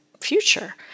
future